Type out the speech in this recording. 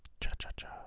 Cha-cha-cha